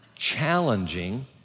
challenging